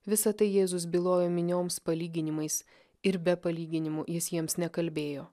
visa tai jėzus bylojo minioms palyginimais ir be palyginimų jis jiems nekalbėjo